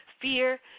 Fear